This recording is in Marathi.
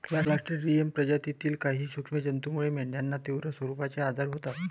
क्लॉस्ट्रिडियम प्रजातीतील काही सूक्ष्म जंतूमुळे मेंढ्यांना तीव्र स्वरूपाचे आजार होतात